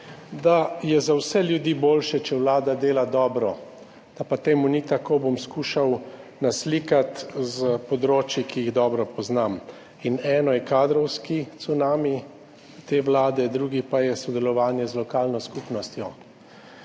da je za vse ljudi boljše, če Vlada dela dobro. Da pa to ni tako, bom skušal naslikati s področij, ki jih dobro poznam. Eno je kadrovski cunami te vlade, drugo pa je sodelovanje z lokalno skupnostjo.